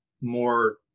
more